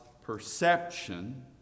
perception